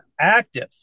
active